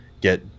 get